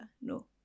No